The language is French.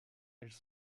elles